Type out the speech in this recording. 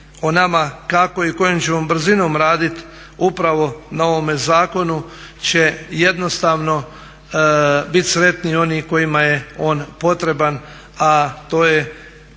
o nama kako i kojom ćemo brzinom raditi upravo na ovome zakonu će jednostavno biti sretni oni kojima je on potreban a to je